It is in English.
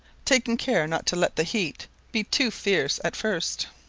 taking care not to let the heat be too fierce at first.